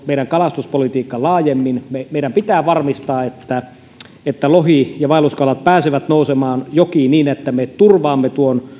meidän kalastuspolitiikka laajemmin meidän pitää varmistaa että että lohi ja muut vaelluskalat pääsevät nousemaan jokiin niin että me turvaamme